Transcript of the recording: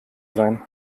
sein